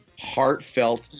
heartfelt